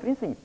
Och